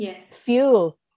fuel